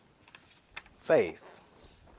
Faith